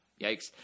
Yikes